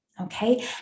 okay